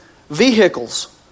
vehicles